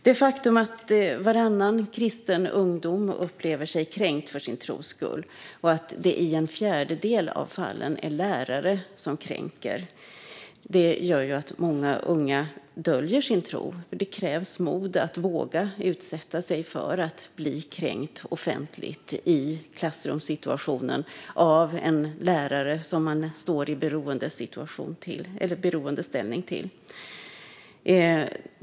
Det faktum att varannan kristen ungdom upplever sig kränkt för sin tros skull och att det i en fjärdedel av fallen är lärare som kränker gör att många unga döljer sin tro. Det krävs mod att våga utsätta sig för att bli kränkt offentligt i klassrumssituationen av en lärare som man står i en beroendeställning till.